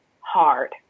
hard